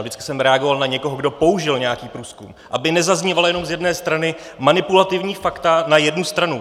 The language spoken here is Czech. Vždycky jsem reagoval na někoho, kdo použil nějaký průzkum, aby nezaznívala jenom z jedné strany manipulativní fakta na jednu stranu.